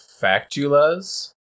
factulas